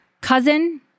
cousin